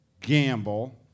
gamble